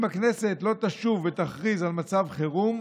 אם הכנסת לא תשוב ותכריז על מצב חירום,